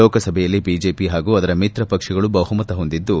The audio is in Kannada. ಲೋಕಸಭೆಯಲ್ಲಿ ಬಿಜೆಪ ಹಾಗೂ ಅದರ ಮಿತ್ರ ಪಕ್ಷಗಳು ಬಹುಮತ ಹೊಂದಿದ್ದು